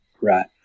Right